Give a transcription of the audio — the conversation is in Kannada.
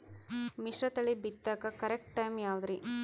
ಮಿಶ್ರತಳಿ ಬಿತ್ತಕು ಕರೆಕ್ಟ್ ಟೈಮ್ ಯಾವುದರಿ?